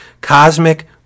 cosmic